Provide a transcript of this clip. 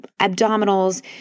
abdominals